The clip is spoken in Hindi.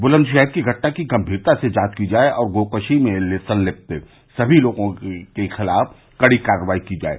बुलन्दशहर की घटना की गंभीरता से जांच की जाये और गोकशी में संलिप्त सभी लोगों के खिलाफ कड़ी कार्रवाई की जाये